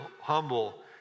humble